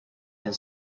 and